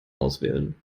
auswählen